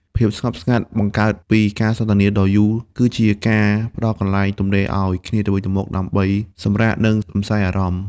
ភាពស្ងប់ស្ងាត់បន្ទាប់ពីការសន្ទនាដ៏យូរ គឺជាការផ្ដល់កន្លែងទំនេរឱ្យគ្នាទៅវិញទៅមកដើម្បីសម្រាក និងរំសាយអារម្មណ៍។